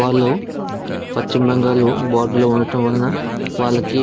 వాళ్ళు పశ్చిమబెంగాల్లో బార్డ్ర్లో ఉండటం వలన వాళ్ళకి